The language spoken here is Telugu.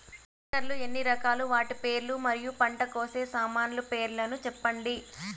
టాక్టర్ లు ఎన్ని రకాలు? వాటి పేర్లు మరియు పంట కోసే సామాన్లు పేర్లను సెప్పండి?